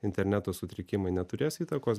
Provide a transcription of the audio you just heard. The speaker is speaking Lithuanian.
interneto sutrikimai neturės įtakos